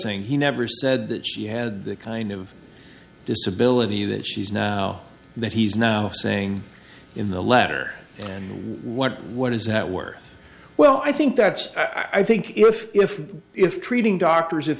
saying he never said that she had the kind of disability that she's now that he's now saying in the letter and what what is that worth well i think that's i think if if if treating doctors if